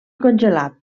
congelat